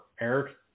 Eric